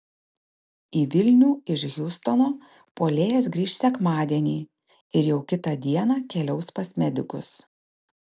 į vilnių iš hjustono puolėjas grįš sekmadienį ir jau kitą dieną keliaus pas medikus